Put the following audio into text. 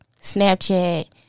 Snapchat